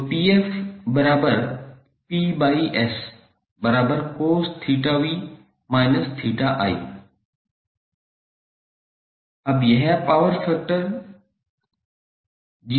तो 𝑝𝑓𝑃𝑆cos𝜃𝑣−𝜃𝑖 अब यह पावर फैक्टर 0 से एक के बीच है